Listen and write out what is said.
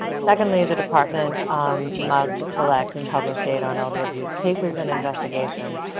secondly the department um must collect and publish data on elder abuse cases and investigation.